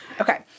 Okay